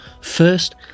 first